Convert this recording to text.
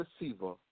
receiver